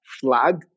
flag